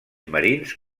marins